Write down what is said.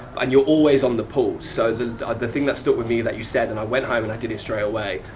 and you're always on the pulse. so, the the thing that stuck with me that you said, and i went home and i did it straight away,